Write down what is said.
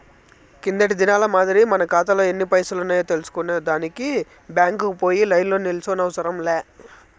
కిందటి దినాల మాదిరి మన కాతాలో ఎన్ని పైసలున్నాయో తెల్సుకునే దానికి బ్యాంకుకు పోయి లైన్లో నిల్సోనవసరం లే